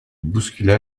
bouscula